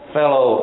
fellow